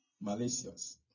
malicious